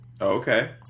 okay